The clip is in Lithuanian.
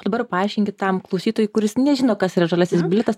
dabar paaiškinkit tam klausytojui kuris nežino kas yra žaliasis bilietas